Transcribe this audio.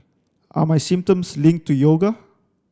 are my symptoms linked to yoga